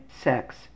Sex